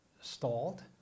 stalled